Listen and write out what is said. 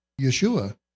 Yeshua